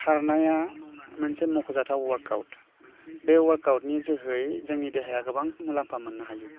खारनाया मोनसे मख'जाथाव वार्कआवोट बे वार्कआवोटनि जोहै जोंनि देहाया गोबां मुलाम्फा मोन्नो हायो